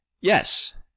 yes